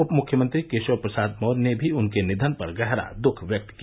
उप मुख्यमंत्री केशव प्रसाद मौर्य ने भी उनके निधन पर गहरा दुख व्यक्त किया